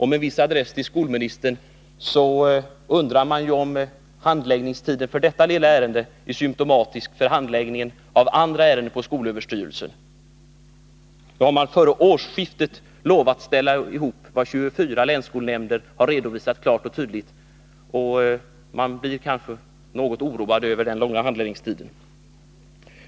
Med viss adress till skolministern undrar man om handläggningstiden för detta lilla ärende är symtomatisk för handläggningen av andra ärenden inom skolöverstyrelsen. Nu har skolöverstyrelsen lovat att före årsskiftet sammanställa vad 24 länsskolnämnder redovisat klart och tydligt. Men man blir kanske något oroad över den långa handläggningstiden.